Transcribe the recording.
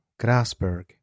Grasberg